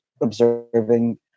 observing